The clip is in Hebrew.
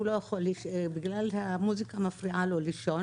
בגלל שהמוזיקה מפריעה לו לישון,